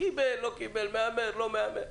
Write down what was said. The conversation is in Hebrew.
קיבל, לא קיבל, מהמר לא מהמר.